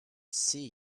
see